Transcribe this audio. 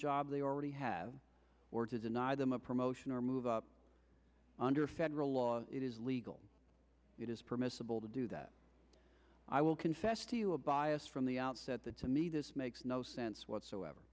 job they already have or to deny them a promotion or move up under federal law it is legal it is permissible to do that i will confess to you a bias from the outset that to me this makes no sense whatsoever